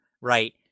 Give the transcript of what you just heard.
right